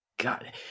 God